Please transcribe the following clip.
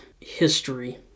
history